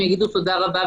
הם יגידו: תודה רבה,